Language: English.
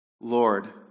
Lord